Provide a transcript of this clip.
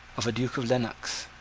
of a duke of lennox.